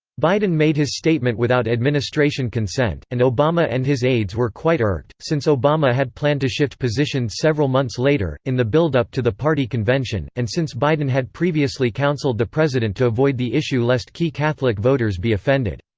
biden made his statement without administration consent, and obama and his aides were quite irked, since obama had planned to shift position several months later, in the build-up to the party convention, and since biden had previously counseled the president to avoid the issue lest key catholic voters be offended.